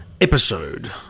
episode